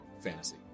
fantasy